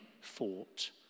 fought